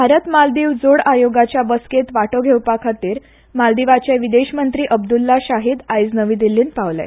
भारत मालदीव जोड आयोगाचे बसकेंत वांटो घेवपा खातीर मालदीवचे विदेश मंत्री अब्दुल्ला शाहीद आयज नवी दिल्लींत पावले